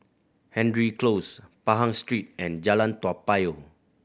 Hendry Close Pahang Street and Jalan Toa Payoh